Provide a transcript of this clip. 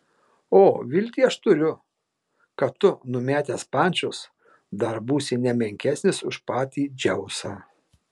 o viltį aš turiu kad tu numetęs pančius dar būsi ne menkesnis ir už patį dzeusą